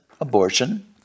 abortion